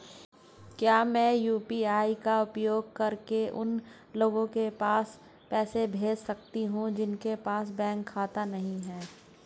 क्या मैं यू.पी.आई का उपयोग करके उन लोगों के पास पैसे भेज सकती हूँ जिनके पास बैंक खाता नहीं है?